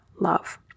love